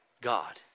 God